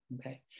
Okay